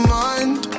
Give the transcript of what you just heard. mind